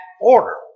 order